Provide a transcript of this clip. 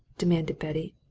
demanded betty.